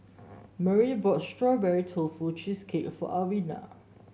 Brielle bought Strawberry Tofu Cheesecake for Alwina